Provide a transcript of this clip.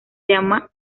llama